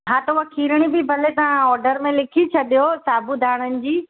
हा त उहा खीरणी बि भले तव्हां ऑडर में लिखी छॾियो साबूदाड़नि जी